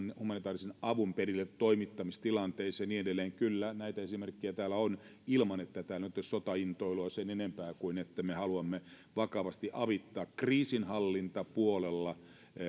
humanitaarisen avun perilletoimittamistilanteet ja niin edelleen kyllä näitä esimerkkejä täällä on ilman että tämä nyt olisi sotaintoilua sen enempää kuin se että me haluamme vakavasti avittaa kriisinhallintapuolella